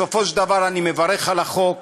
בסופו של דבר, אני מברך על החוק,